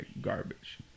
garbage